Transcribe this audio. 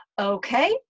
okay